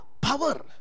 power